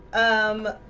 um,